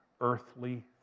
earthly